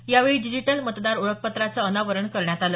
यावेळी डिजिटल मतदार ओळखपत्राचं अनावरण करण्यात आलं